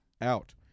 out